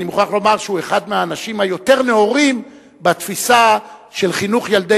אני מוכרח לומר שהוא אחד האנשים היותר נאורים בתפיסה של חינוך ילדי